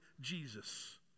Jesus